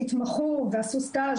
התמחו ועשו סטאז',